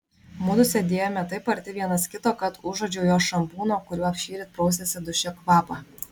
mudu sėdėjome taip arti vienas kito kad užuodžiau jos šampūno kuriuo šįryt prausėsi duše kvapą